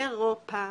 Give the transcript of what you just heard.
באירופה,